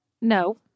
no